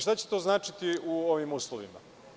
Šta će to značiti u ovim uslovima?